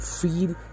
feel